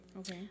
Okay